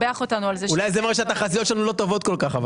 אולי זה אומר שהתחזיות שלנו לא טובות כל כך.